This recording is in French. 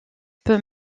peux